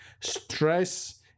stress